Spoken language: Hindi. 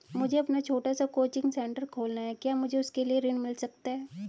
मुझे अपना छोटा सा कोचिंग सेंटर खोलना है क्या मुझे उसके लिए ऋण मिल सकता है?